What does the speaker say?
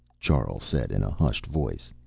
charl said in a hushed voice.